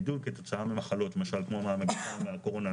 גידול כתוצאה ממחלות למשל כמו מגפת הקורונה.